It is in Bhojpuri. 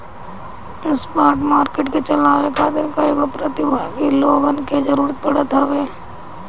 स्पॉट मार्किट के चलावे खातिर कईगो प्रतिभागी लोगन के जरूतर पड़त हवे